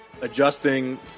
adjusting